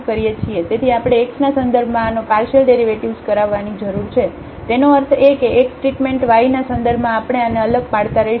તેથી આપણે x ના સંદર્ભમાં આનો પાર્શિયલડેરિવેટિવ્ઝ કરાવવાની જરૂર છે તેનો અર્થ એ કેxટ્રીટમેન્ટ yના સંદર્ભમાં આપણે આને અલગ પાડતા રહીશું